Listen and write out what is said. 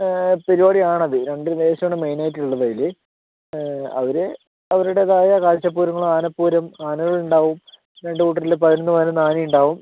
പരിപാടിയാണത് രണ്ടു ദേശമാണ് മെയിനായിട്ടുള്ളത് അതിൽ അവർ അവരുടേതായ കാഴ്ച പൂരങ്ങളും ആനപ്പൂരം ആനകളുണ്ടാവും രണ്ടു കുട്ടരിലും പതിനൊന്നു പതിനൊന്നു ആനയുണ്ടാവും